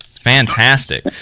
fantastic